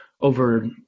over